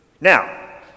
Now